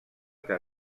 que